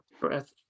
Breath